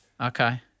Okay